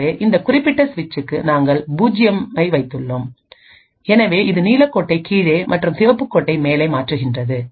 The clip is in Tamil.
ஆகவே இந்த குறிப்பிட்ட சுவிட்சுக்கு நாங்கள் 0 ஐ வைத்துள்ளோம் எனவே இது நீலக்கோட்டை கீழே மற்றும் சிவப்பு கோட்டை மேலே மாற்றுகிறது